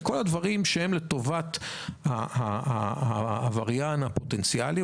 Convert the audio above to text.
כל הדברים שהם לטובת העבריין הפוטנציאלי,